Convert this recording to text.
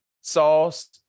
Sauce